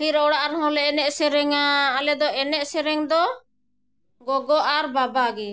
ᱯᱷᱤᱨ ᱚᱲᱟᱜ ᱨᱮᱦᱚᱸ ᱞᱮ ᱮᱱᱮᱡ ᱥᱮᱨᱮᱧᱟ ᱟᱞᱮ ᱫᱚ ᱮᱱᱮᱡ ᱥᱮᱨᱮᱧ ᱫᱚ ᱜᱚᱜᱚ ᱟᱨ ᱵᱟᱵᱟ ᱜᱮ